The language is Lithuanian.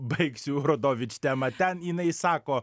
baigsiu rodovič temą ten jinai sako